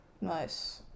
Nice